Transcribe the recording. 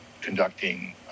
conducting